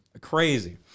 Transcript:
Crazy